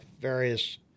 various